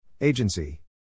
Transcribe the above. Agency